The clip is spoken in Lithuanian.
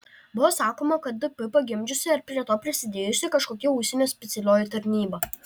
buvo sakoma kad dp pagimdžiusi ar prie to prisidėjusi kažkokia užsienio specialioji tarnyba